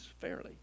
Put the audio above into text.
fairly